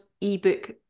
ebook